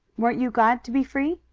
weren't you glad to be free?